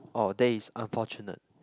oh that is unfortunate